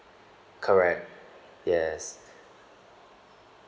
correct yes